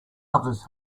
others